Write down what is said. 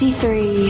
Three